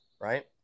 right